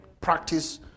Practice